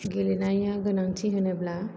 गेलेनाया गोनांथि होनोब्ला